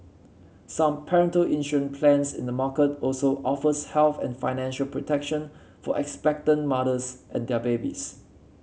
some prenatal insurance plans in the market also offers health and financial protection for expectant mothers and their babies